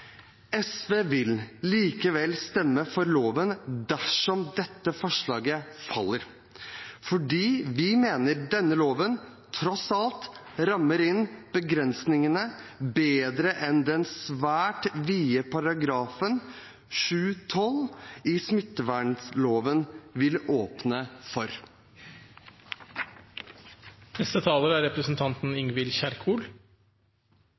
SV vil likevel stemme for loven selv om dette forslaget faller, fordi vi mener denne loven tross alt rammer inn begrensningene bedre enn det den svært vide § 7-12 i smittevernloven vil åpne for.